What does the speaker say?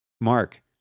Mark